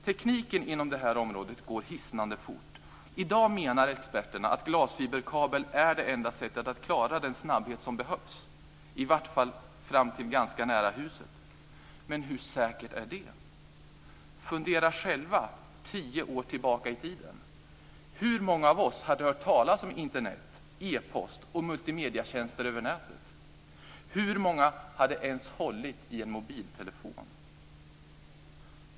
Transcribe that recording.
Tekniken inom detta område går hisnande fort. I dag menar experterna att glasfiberkabel är det enda sättet att klara den snabbhet som behövs, i vart fall fram till ganska nära huset. Men hur säkert är det? Fundera själva tio år tillbaka i tiden. Hur många av oss hade hört talas om Internet, e-post och multimedietjänster över nätet? Hur många hade ens hållit i en mobiltelefon?